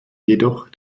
jedoch